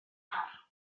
car